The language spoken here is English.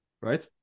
Right